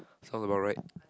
sounds about right